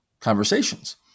conversations